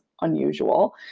unusual